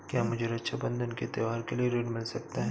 क्या मुझे रक्षाबंधन के त्योहार के लिए ऋण मिल सकता है?